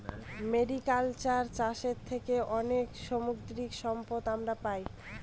mariculture চাষের থেকে অনেক সামুদ্রিক সম্পদ আমরা পাই